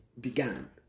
began